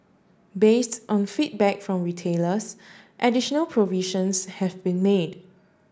based on feedback from retailers additional provisions have been made